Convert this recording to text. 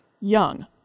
Young